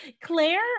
Claire